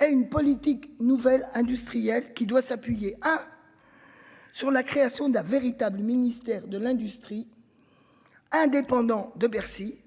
À une politique nouvelle industriel qui doit s'appuyer à. Sur la création d'un véritable ministère de l'industrie. Indépendant de Bercy.